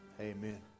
amen